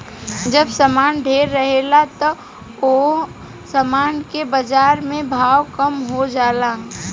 जब सामान ढेरे रहेला त ओह सामान के बाजार में भाव कम हो जाला